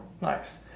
Nice